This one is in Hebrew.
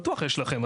בטוח יש לכם.